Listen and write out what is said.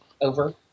over